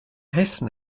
hessen